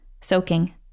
soaking